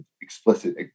explicit